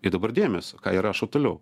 ir dabar dėmėsio ką jie rašo toliau